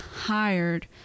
hired